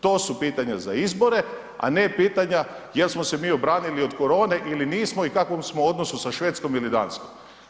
To su pitanja za izbore, a ne pitanja jel smo se mi obranili od korone ili nismo i kakvom smo odnosu sa Švedskom ili Danskom.